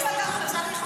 סליחה, סליחה.